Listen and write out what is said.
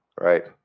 Right